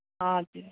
हजुर